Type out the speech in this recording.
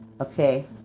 Okay